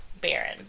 Baron